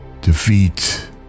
Defeat